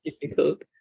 difficult